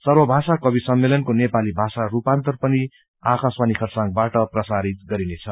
सर्व भाषा कवि सम्मेलनको नेपाली भाषा रूपान्तर पनि आकाशवाणी खरसाङ बाट प्रसारित गरिनेछ